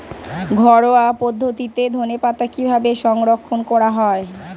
ঘরোয়া পদ্ধতিতে ধনেপাতা কিভাবে সংরক্ষণ করা হয়?